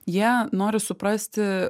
jie nori suprasti